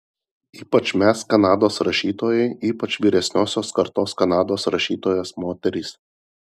ypač mes kanados rašytojai ypač vyresniosios kartos kanados rašytojos moterys